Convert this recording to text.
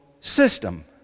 system